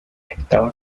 estaba